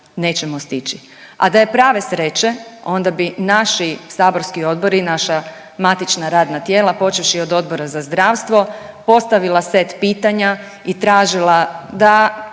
nećemo stići, a da je prave sreće, onda bi naši saborski odbori, naša matična radna tijela, počevši od odbora za zdravstvo postavila set pitanja i tražila da